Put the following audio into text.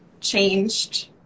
changed